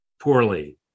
poorly